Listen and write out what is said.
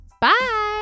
Bye